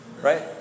Right